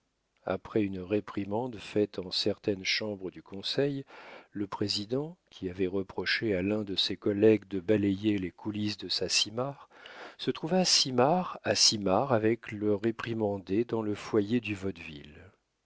après une réprimande faite en certaine chambre du conseil le président qui avait reproché à l'un de ses collègues de balayer les coulisses de sa simarre se trouva simarre à simarre avec le réprimandé dans le foyer du